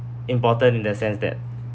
important in the sense that